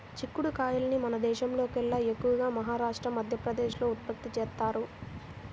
చిక్కుడు కాయల్ని మన దేశంలోకెల్లా ఎక్కువగా మహారాష్ట్ర, మధ్యప్రదేశ్ లో ఉత్పత్తి చేత్తారు